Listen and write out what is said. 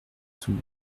sous